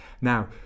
Now